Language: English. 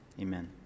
Amen